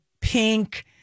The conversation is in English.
pink